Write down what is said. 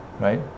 right